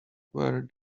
where